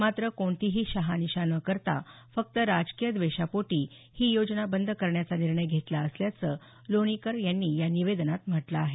मात्र कोणतीही शहानिशा न करता फक्त राजकीय द्वेषापोटी ही योजना बंद करण्याचा निर्णय घेतला असल्याचं लोणीकर यांनी या निवेदनात म्हटलं आहे